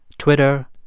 twitter,